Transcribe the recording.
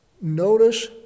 notice